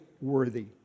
worthy